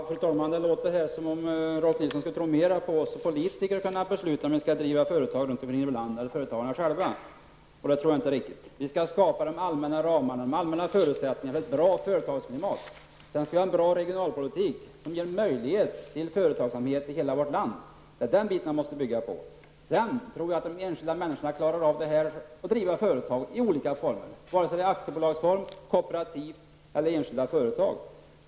Fru talman! Det låter som Rolf L Nilson tror mera på politikers förmåga att besluta om man skall driva företag runt om i vårt land än vad han tror på företagarna själva. Det är inte riktigt. Vi skall skapa de allmänna ramarna och förutsättningarna för ett bra företagsklimat. Dessutom skall vi föra en bra regionalpolitik som ger möjlighet till en företagsamhet i hela vårt land. Det är vad man måste bygga på. De enskilda människorna klarar att driva företag i olika former, vare sig det är aktiebolagsform, kooperativa företag eller enskilda företag.